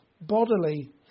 bodily